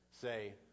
say